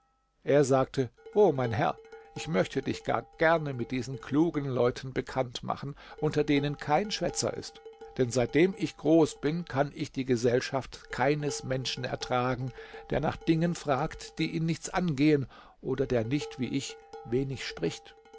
er sagte o mein herr ich möchte dich gar gerne mit diesen klugen leuten bekannt machen unter denen kein schwätzer ist denn seitdem ich groß bin kann ich die gesellschaft keines menschen ertragen der nach dingen fragt die ihn nichts angehen oder der nicht wie ich wenig spricht